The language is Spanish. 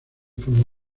formó